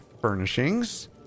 furnishings